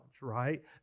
right